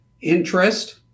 interest